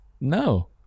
No